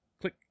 Click